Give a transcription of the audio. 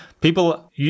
people